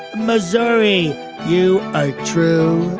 mazari you a true